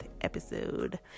episode